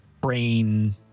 brain